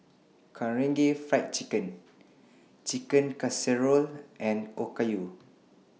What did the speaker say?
Karaage Fried Chicken Chicken Casserole and Okayu